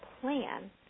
plan